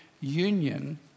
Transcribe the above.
union